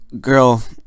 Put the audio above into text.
girl